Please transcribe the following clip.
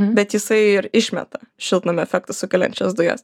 bet jisai ir išmeta šiltnamio efektą sukeliančias dujas